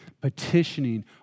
Petitioning